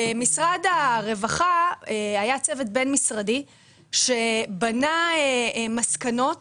במשרד הרווחה היה צוות בין-משרדי שבנה מסקנות